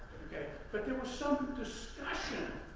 okay. but there was some discussion